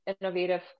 innovative